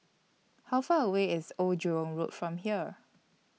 How Far away IS Old Jurong Road from here